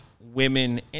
women